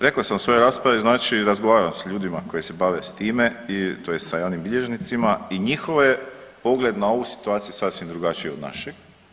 Rekao sam u svojoj raspravi, znači razgovarao sa ljudima koji se bave s time, tj. sa javnim bilježnicima i njihov pogled na ovu situaciju je sasvim drugačiji od našeg.